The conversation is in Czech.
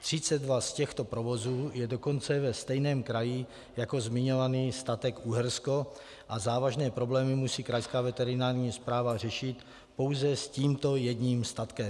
Třicet dva z těchto provozů je dokonce ve stejném kraji jako zmiňovaný Statek Uhersko a závažné problémy musí krajská veterinární správa řešit pouze s tímto jedním statkem.